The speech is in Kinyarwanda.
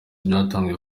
byatanzwe